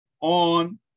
on